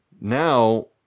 now